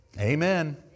Amen